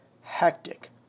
Hectic